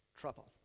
trouble